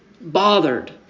bothered